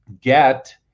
get